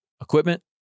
equipment